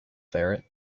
ferret